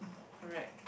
correct